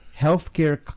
healthcare